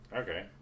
Okay